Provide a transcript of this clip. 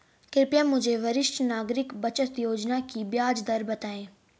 कृपया मुझे वरिष्ठ नागरिक बचत योजना की ब्याज दर बताएं